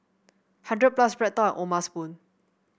hundred plus BreadTalk and O'ma Spoon